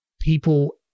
people